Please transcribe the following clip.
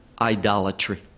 idolatry